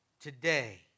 Today